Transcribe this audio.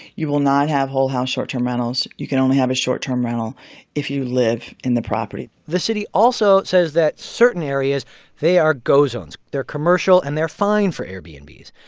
you will not have whole house short-term rentals. you can only have a short-term rental if you live in the property the city also says that certain areas they are go zones. they're commercial, and they're fine for airbnbs.